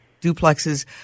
duplexes